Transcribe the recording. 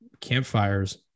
campfires